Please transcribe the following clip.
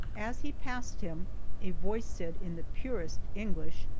as he passed him a voice said in the purest english,